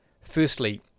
firstly